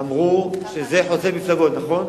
אמרו שזה חוצה מפלגות, נכון?